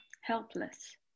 helpless